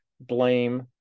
blame